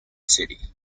city